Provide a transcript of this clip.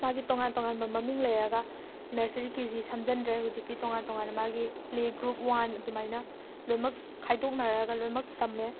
ꯃꯥꯒꯤ ꯇꯣꯡꯉꯥꯟ ꯇꯣꯡꯉꯥꯟꯕ ꯃꯃꯤꯡ ꯂꯩꯔꯒ ꯅꯔꯁꯔꯤ ꯀꯦ ꯖꯤ ꯁꯝꯖꯤꯟꯗ꯭ꯔꯦ ꯍꯧꯖꯤꯛꯇꯤ ꯇꯣꯡꯉꯥꯟ ꯇꯣꯡꯉꯥꯟꯅ ꯃꯥꯒꯤ ꯄ꯭ꯂꯦ ꯒ꯭ꯔꯨꯞ ꯋꯥꯟ ꯑꯗꯨꯃꯥꯏꯅ ꯂꯣꯏꯅꯃꯛ ꯈꯥꯏꯗꯣꯛꯅꯔꯒ ꯂꯣꯏꯅꯃꯛ ꯇꯝꯃꯦ